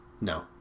No